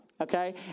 okay